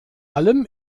allem